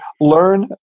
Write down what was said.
learn